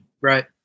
Right